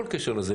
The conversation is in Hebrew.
לזה,